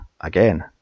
again